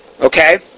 okay